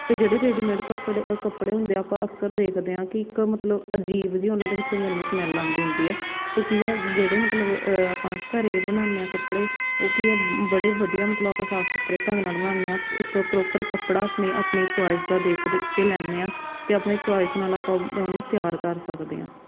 ਅਤੇ ਜਿਹੜੇ ਰੈਡੀਮੇਡ ਕੱਪੜੇ ਕੱਪੜੇ ਹੁੰਦੇ ਆਪਾਂ ਅਕਸਰ ਦੇਖਦੇ ਹਾਂ ਕਿ ਇੱਕ ਮਤਲਬ ਅਜੀਬ ਜਿਹੀ ਉਹਨਾਂ ਦੇ ਵਿੱਚੋਂ ਮੈਨੂੰ ਸਮੈੱਲ ਆਉਂਦੀ ਹੁੰਦੀ ਹੈ ਅਤੇ ਕੀ ਹੈ ਜਿਹੜੇ ਮਤਲਬ ਆਪਾਂ ਘਰੇ ਬਣਾਉਂਦੇ ਹਾਂ ਕੱਪੜੇ ਉਹ ਕੀ ਆ ਬ ਬੜੇ ਵਧੀਆ ਮਤਲਬ ਆਪਾਂ ਸਾਫ਼ ਸੁਥਰੇ ਢੰਗ ਨਾਲ ਬਣਾਉਂਦੇ ਹਾਂ ਇੱਕ ਪ੍ਰੋਪਰ ਕੱਪੜਾ ਆਪਣੀ ਆਪਣੀ ਚੋਆਇਸ ਦਾ ਦੇਖਦੇ ਕੇ ਲੈਂਦੇ ਹਾਂ ਅਤੇ ਆਪਣੀ ਚੋਆਇਸ ਨਾਲ ਆਪਾਂ ਉ ਉਹਨੂੰ ਤਿਆਰ ਕਰ ਸਕਦੇ ਹਾਂ